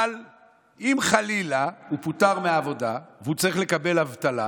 אבל אם חלילה הוא פוטר מהעבודה והוא צריך לקבל אבטלה,